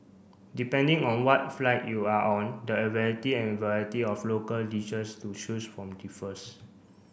depending on what flight you are on the and variety of local dishes to choose from differs